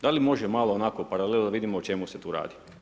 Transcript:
Da li može malo onako paralela da vidimo o čemu se tu radi?